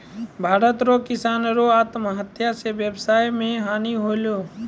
भारत रो किसानो रो आत्महत्या से वेवसाय मे हानी होलै